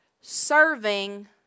serving